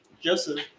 Joseph